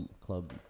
club